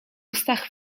ustach